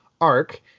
arc